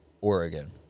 Oregon